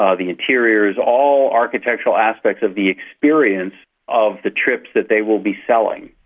ah the interiors, all architectural aspects of the experience of the trips that they will be selling,